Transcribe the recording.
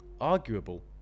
arguable